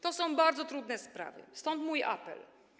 To są bardzo trudne sprawy, stąd mój apel.